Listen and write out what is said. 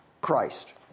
Christ